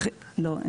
לא,